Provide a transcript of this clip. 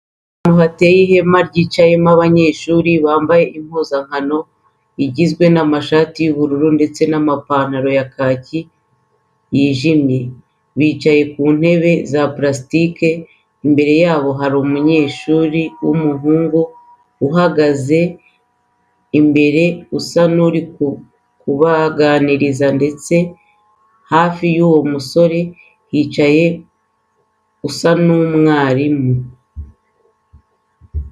Ahantu hateye ihema ryicayemo abanyeshuri bambaye impuzankano igizwe n'amashati y'ubururu ndetse n'amapantaro y'icyatsi kijimye bicayr ku ntebe za purasitike. Imbere yabo hari umunyeshuri w'umuhungu ubahagaze imbere usa n'uri kubaganiriza ndetse hafi y'uwo musore hicaye usa n'umwarimu.